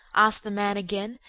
asked the man again,